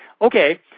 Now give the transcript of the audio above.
Okay